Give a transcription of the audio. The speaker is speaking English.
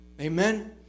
Amen